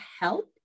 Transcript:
help